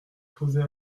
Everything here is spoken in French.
poser